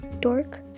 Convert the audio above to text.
dork